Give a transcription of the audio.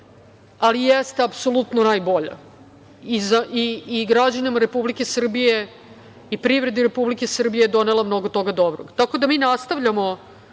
ali jeste apsolutno najbolja i građanima Republike Srbije i privredi Republike Srbije je donela mnogo toga dobrog, tako da mi nastavljamo